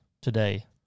today